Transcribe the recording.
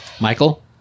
Michael